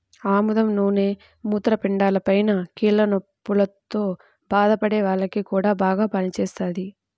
ఆముదం నూనె మూత్రపిండాలపైన, కీళ్ల నొప్పుల్తో బాధపడే వాల్లకి గూడా బాగా పనిజేత్తది